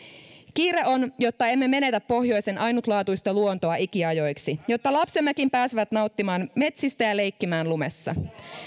kiire on jotta emme menetä pohjoisen ainutlaatuista luontoa ikiajoiksi ja jotta lapsemmekin pääsevät nauttimaan metsistä ja leikkimään lumessa